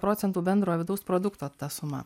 procentų bendro vidaus produkto ta suma